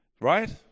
right